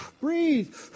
breathe